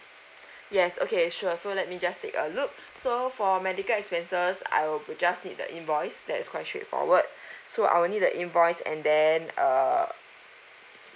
yes okay sure so let me just take a look so for medical expenses I will be just need the invoice that's quite straightforward so I'll need the invoice and then err